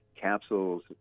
capsules